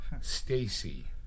Stacy